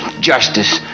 Justice